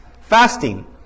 fasting